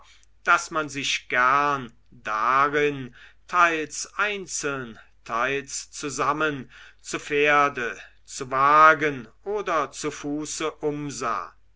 daß man sich gern darin teils einzeln teils zusammen zu pferde zu wagen oder zu fuße umsah